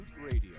Radio